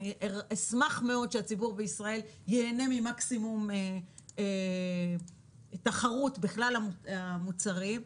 אני אשמח מאוד שהציבור בישראל ייהנה ממקסימום תחרות בכלל המוצרים.